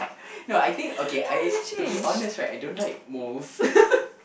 no I think okay I to be honest right I don't like moles